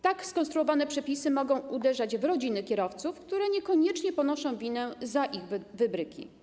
Tak skonstruowane przepisy mogą uderzać w rodziny kierowców, które niekoniecznie ponoszą winę za ich wybryki.